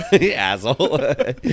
asshole